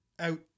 out